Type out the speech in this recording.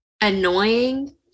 annoying